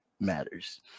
matters